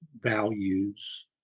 values